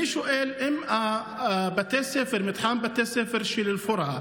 אני שואל: אם מתחם בתי הספר של אל-פורעה